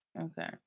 Okay